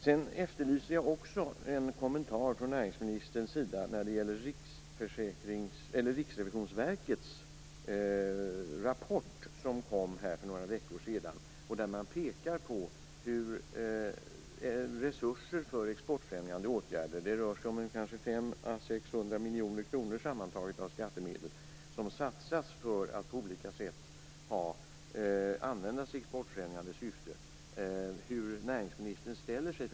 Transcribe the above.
Sedan efterlyser jag också en kommentar från näringsministern när det gäller den rapport från Riksrevisionsverket som kom för några veckor sedan. Man pekar där på hur resurser för exportfrämjande åtgärder - det rör sig om kanske 500 à 600 miljoner kronor sammantaget av skattemedel - satsas för att på olika sätt användas i exportfrämjande syfte. Hur ställer sig näringsministern till detta?